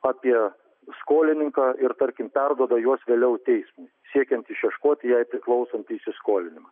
apie skolininką ir tarkim perduoda juos vėliau teismui siekiant išieškoti jai priklausantį įsiskolinimą